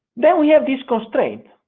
then we have this constraint,